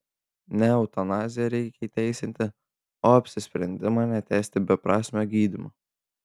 ne eutanaziją reikia įteisinti o apsisprendimą netęsti beprasmio gydymo